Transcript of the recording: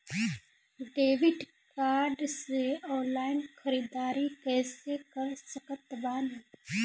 Debit card से online ख़रीदारी कैसे कर सकत बानी?